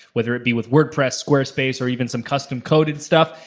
whether it be with wordpress, squarespace or even some custom-coded stuff,